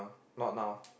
not now